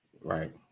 Right